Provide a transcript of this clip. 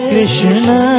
Krishna